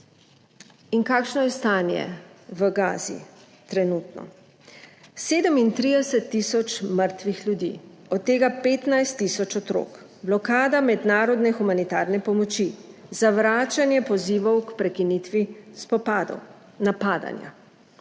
In kakšno je trenutno stanje v Gazi? 37 tisoč mrtvih ljudi, od tega 15 tisoč otrok; blokada mednarodne humanitarne pomoči; zavračanje pozivov k prekinitvi spopadov; napadanja;